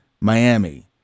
Miami